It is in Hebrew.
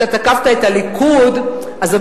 אני